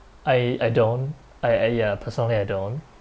I I don't I I ya personally I don't